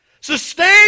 Sustain